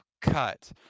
cut